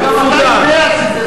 גם אתה יודע שזה זמני.